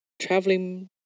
traveling